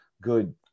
good –